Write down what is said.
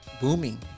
booming